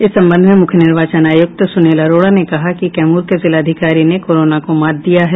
इस संबंध में मुख्य निर्वाचन आयुक्त सुनील अरोड़ा ने कहा कि कैमूर के जिलाधिकारी ने कोरोना को मात दिया है